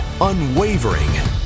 unwavering